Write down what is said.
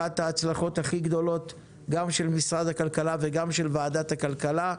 זו אחת ההצלחות הכי גדולות גם של משרד הכלכלה וגם של ועדת הכלכלה.